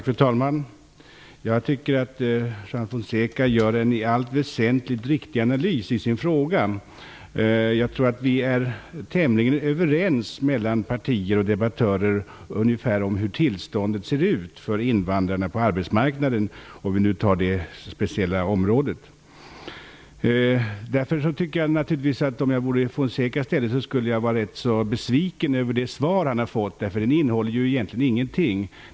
Fru talman! Jag tycker att Juan Fonseca gör en i allt väsentligt riktig analys i sin fråga. Jag tror att vi är tämligen överens mellan partier och debattörer om hur tillståndet på arbetsmarknaden ser ut för invandrarna, om vi tittar på det speciella området. Därför skulle jag, om jag var i Fonsecas ställe, vara rätt besviken över det svar som lämnats. Det innehåller egentligen ingenting.